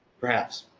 perhaps.